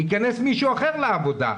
ייכנס מישהו אחר לעבודה.